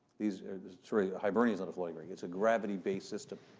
these, sorry, hibernia's not a floating rig. it's a gravity-based system.